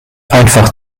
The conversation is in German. einfach